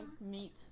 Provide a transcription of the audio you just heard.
meet